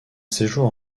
séjour